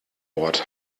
ort